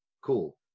cool